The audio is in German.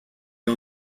wir